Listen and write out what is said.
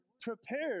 prepared